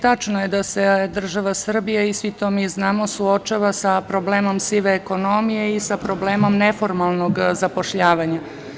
Tačno je da se država Srbija i svi to mi znamo suočava sa problemom sive ekonomije i sa problemom neformalnog zapošljavanja.